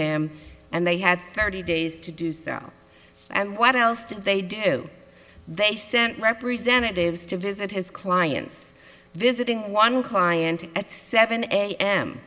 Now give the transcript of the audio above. him and they had thirty days to do so and what else did they do they sent representatives to visit his clients visiting one client at seven am